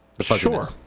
Sure